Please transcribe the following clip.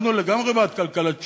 אנחנו לגמרי בעד כלכלת שוק,